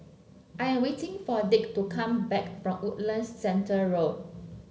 I am waiting for Dick to come back from Woodlands Centre Road